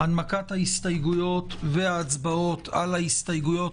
הנמקת ההסתייגויות וההצבעות על ההסתייגויות,